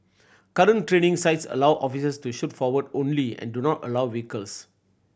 current training sites allow officers to shoot forward only and do not allow vehicles